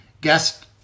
guest